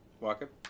Walker